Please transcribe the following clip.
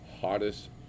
hottest